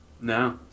No